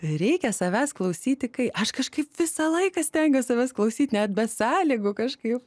reikia savęs klausyti kai aš kažkaip visą laiką stengiuosi savęs klausyt net be sąlygų kažkaip